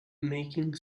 making